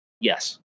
Yes